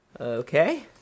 Okay